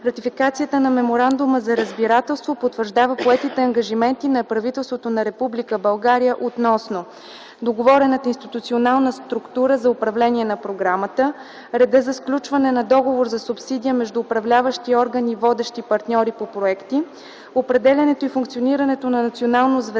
Ратификацията на Меморандума за разбирателство потвърждава поетите ангажименти на правителството на Република България относно: - договорената институционална структура за управление на програмата; - реда за сключване на договор за субсидия между управляващия орган и водещи партньори по проекти; - определянето и функционирането на Национално звено